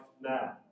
now